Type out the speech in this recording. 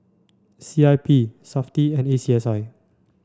C I P SAFTI and A C S I